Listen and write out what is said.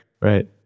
Right